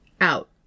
out